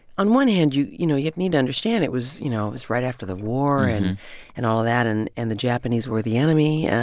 on one hand, you you know, you need to understand it was, you know, it was right after the war and and all of that and and the japanese were the enemy.